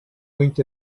winked